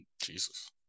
Jesus